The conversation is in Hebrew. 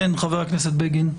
כן, חבר הכנסת בגין.